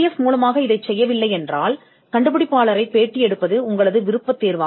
F மூலம் இல்லையென்றால் கண்டுபிடிப்பாளரை நேர்காணல் செய்வதே உங்கள் விருப்பம்